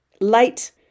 late